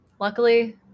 Luckily